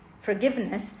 forgiveness